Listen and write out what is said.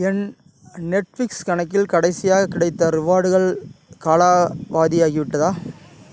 என் Netflix கணக்கில் கடைசியாகக் கிடைத்த ரிவார்டுகள் காலாவாதியாகிவிட்டதா